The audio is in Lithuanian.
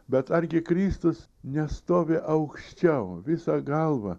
bet argi kristus nestovi aukščiau visa galva